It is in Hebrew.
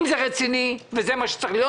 אם זה רציני וזה מה שצריך להיות,